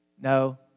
no